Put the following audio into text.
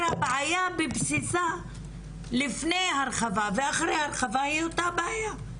הבעיה בבסיסה לפני הרחבה ואחרי הרחבה היא אותה הבעיה.